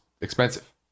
expensive